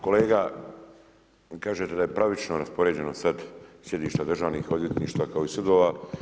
Kolega kažete da je pravično raspoređeno sada sjedište državnih odvjetništava kao i sudova.